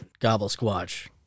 Gobble-squatch